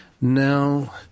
Now